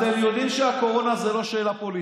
אתם יודעים שהקורונה זו לא שאלה פוליטית.